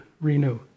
renew